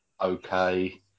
okay